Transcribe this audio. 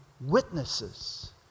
witnesses